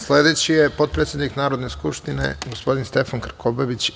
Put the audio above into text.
Sledeći je potpredsednik Narodne skupštine, gospodin Stefan Krkobabić.